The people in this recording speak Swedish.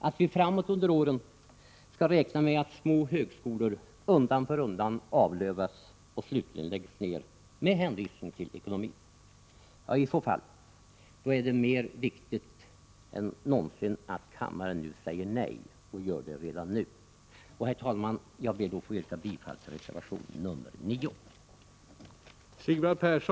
Vi skall kanske under åren framöver räkna med att små högskolor undan för undan avlövas för att slutligen läggas ner, med hänvisning till ekonomin. I så fall är det viktigare än någonsin att kammaren säger nej och att den gör det redan nu. Herr talman! Jag ber att få yrka bifall till reservation nr 9.